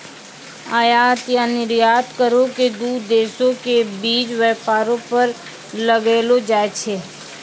आयात या निर्यात करो के दू देशो के बीच व्यापारो पर लगैलो जाय छै